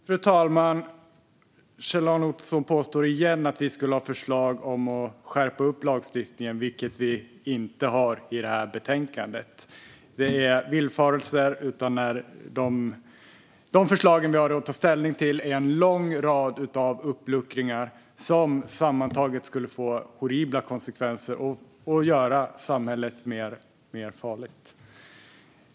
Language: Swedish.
Fru talman! Kjell-Arne Ottosson påstår igen att vi skulle ha förslag om att skärpa lagstiftningen, vilket vi inte har i detta betänkande. Det är villfarelser. De förslag vi har att ta ställning till är en lång rad av uppluckringar som sammantaget skulle få horribla konsekvenser och göra samhället farligare.